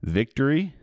victory